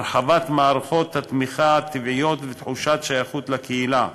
הרחבת מערכות התמיכה הטבעיות ותחושת שייכות לקהילה,